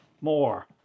more